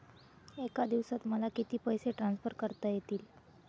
एका दिवसात मला किती पैसे ट्रान्सफर करता येतील?